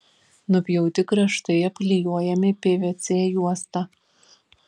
nupjauti kraštai apklijuojami pvc juosta